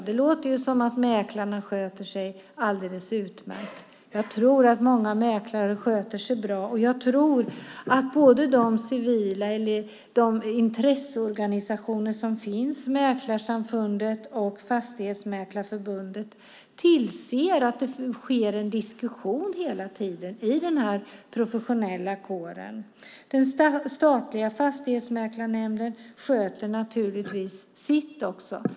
Det låter som att mäklarna sköter sig alldeles utmärkt. Jag tror att många mäklare sköter sig bra, och jag tror att de intresseorganisationer som finns, Mäklarsamfundet och Fastighetsmäklarförbundet, tillser att det hela tiden är en diskussion i den professionella kåren. Den statliga Fastighetsmäklarnämnden sköter naturligtvis också sitt.